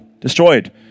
destroyed